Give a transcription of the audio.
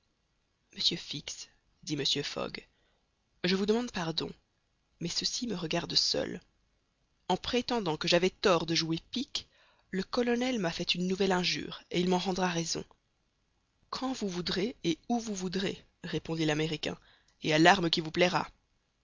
monsieur fix dit mr fogg je vous demande pardon mais ceci me regarde seul en prétendant que j'avais tort de jouer pique le colonel m'a fait une nouvelle injure et il m'en rendra raison quand vous voudrez et où vous voudrez répondit l'américain et à l'arme qu'il vous plaira